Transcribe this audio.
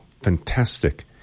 fantastic